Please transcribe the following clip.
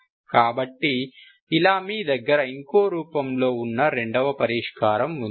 కాబట్టి ఇలా మీ దగ్గర ఇంకో రూపంలో ఉన్న రెండవ పరిష్కారం ఉంది